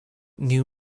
new